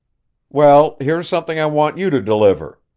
well, here's something i want you to deliver,